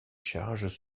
charges